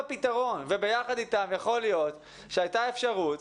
אלא הם הפתרון וביחד אתם יכול להיות שהייתה אפשרות,